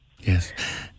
Yes